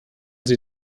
sie